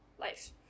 life